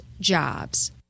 jobs